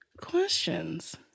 questions